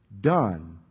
done